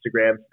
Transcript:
Instagram